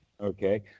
Okay